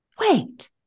Wait